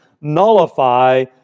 nullify